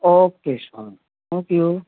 okay thank you